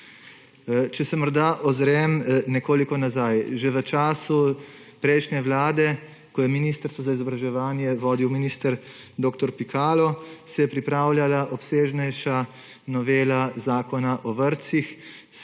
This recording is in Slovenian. Če se morda ozrem nekoliko nazaj, že v času prejšnje vlade, ko je Ministrstvo za izobraževanje vodil minister dr. Pikalo, se je pripravljala obsežnejša novela Zakona o vrtcih